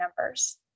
numbers